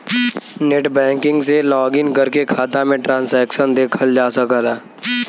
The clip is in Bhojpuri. नेटबैंकिंग से लॉगिन करके खाता में ट्रांसैक्शन देखल जा सकला